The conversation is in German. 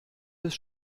des